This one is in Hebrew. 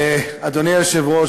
אדוני היושב-ראש,